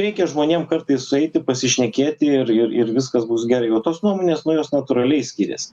reikia žmonėm kartais sueiti pasišnekėti ir ir ir viskas bus gerai o tos nuomonės nu jos natūraliai skirias